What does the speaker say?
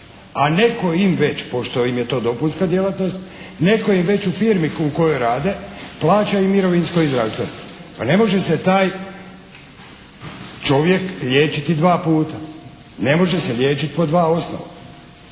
A netko im već, pošto je to dopunska djelatnost, netko im već u firmi u kojoj rade, plaća i mirovinsko i zdravstveno. Pa ne može se taj čovjek liječiti dva puta, ne može se liječiti po dva osnova.